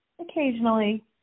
occasionally